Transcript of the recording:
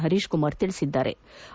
Harish Kumar ತಿಳಿಬದ್ದಾರೆ